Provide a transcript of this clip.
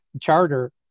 charter